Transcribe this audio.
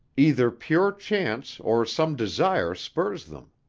either pure chance or some desire spurs them.